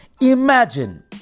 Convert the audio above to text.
Imagine